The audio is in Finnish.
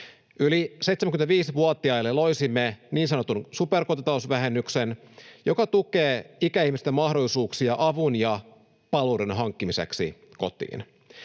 Yli 75-vuotiaille loisimme niin sanotun superkotitalousvähennyksen, joka tukee ikäihmisten mahdollisuuksia avun ja palveluiden hankkimiseksi kotiin.